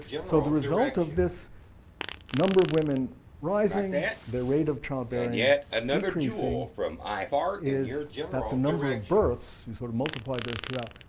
so the result of this number of women rising, their rate of childbearing decreasing is that the number of births, you sort of multiply those two out,